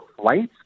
flights